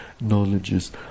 knowledge's